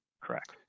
Correct